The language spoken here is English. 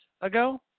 ago